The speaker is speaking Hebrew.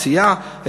הסיעה,